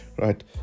Right